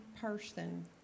person